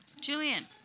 Julian